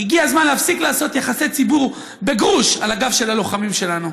הגיע הזמן להפסיק לעשות יחסי ציבור בגרוש על הגב של הלוחמים שלנו.